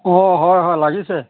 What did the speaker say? অ হয় হয় লাগিছে